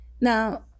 Now